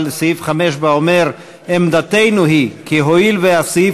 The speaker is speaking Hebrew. אבל סעיף 5 בה אומר: עמדתנו היא כי הואיל והסעיף